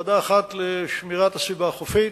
ועדה אחת לשמירת הסביבה החופית,